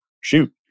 shoot